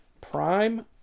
Prime